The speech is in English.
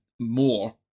more